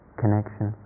connection